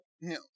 No